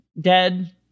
dead